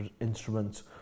instruments